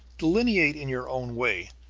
delineate in your own way,